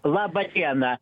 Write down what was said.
labą dieną